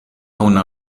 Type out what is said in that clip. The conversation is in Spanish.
una